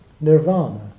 nirvana